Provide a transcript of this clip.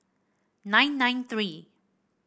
nine nine three